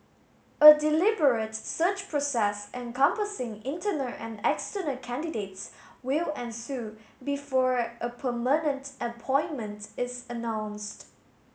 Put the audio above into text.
a deliberate search process encompassing internal and external candidates will ensue before a permanent appointment is announced